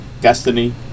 Destiny